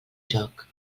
joc